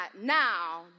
now